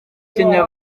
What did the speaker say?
kenya